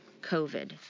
COVID